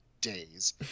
days